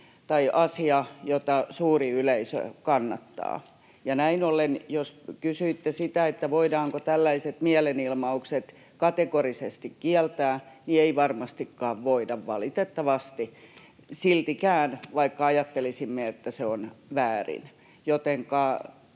tai asia, jota suuri yleisö kannattaa. Näin ollen, jos kysyitte sitä, voidaanko tällaiset mielenilmaukset kategorisesti kieltää, niin ei varmastikaan voida valitettavasti, siltikään, vaikka ajattelisimme, että se on väärin. Mutta